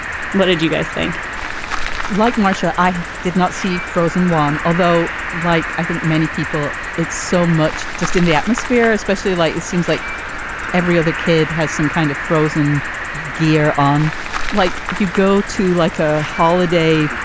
what did you guys think like marcia? i did not see frozen one, although like i think many people it's so much just in the atmosphere, especially light. it seems like every other kid has some kind of frozen gear on like you go to like a holiday.